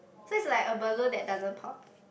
so it's like a balloon that doesn't pop